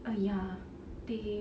ah ya they